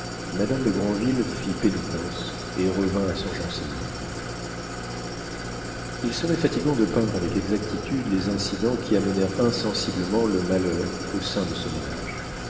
madame de granville fit pénitence et revint à son jansénisme il serait fatigant de peindre avec exactitude les incidents qui amenèrent insensiblement le malheur au sein de ce ménage